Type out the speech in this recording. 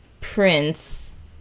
prince